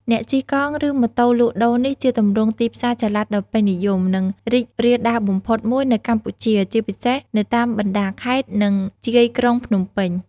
អ្នកជិះកង់ ឬ ម៉ូតូលក់ដូរ នេះជាទម្រង់ទីផ្សារចល័តដ៏ពេញនិយម និងរីករាលដាលបំផុតមួយនៅកម្ពុជា ជាពិសេសនៅតាមបណ្ដាខេត្ត និងជាយក្រុងភ្នំពេញ។